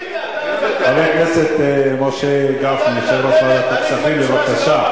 חבר הכנסת משה גפני, יושב-ראש ועדת הכספים, בבקשה.